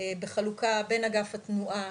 בחלוקה בין אגף התנועה,